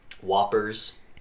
Whoppers